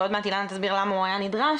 ועוד מעט אילנה תסביר למה הוא היה נדרש,